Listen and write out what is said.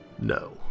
No